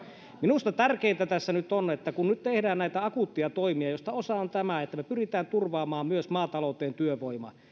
minusta tärkeintä tässä nyt on että kun nyt tehdään näitä akuutteja toimia joista osa on tämä että me pyrimme turvaamaan myös maatalouteen työvoiman